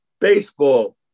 baseball